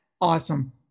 Awesome